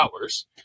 hours